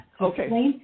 Okay